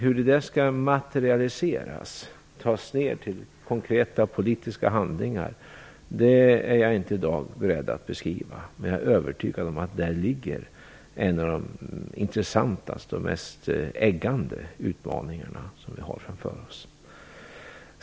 Hur det skall materialiseras, tas ned till konkreta politiska handlingar, är jag i dag inte beredd att beskriva, men jag är övertygad om att där ligger en av de intressantaste och mest eggande utmaningar som vi har framför oss.